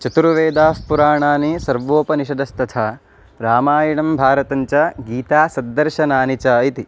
चतुर्वेदाःपुराणानि सर्वोपनिषदस्थथा रामायणं भारतञ्च गीतासद्दर्शनानि च इति